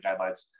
guidelines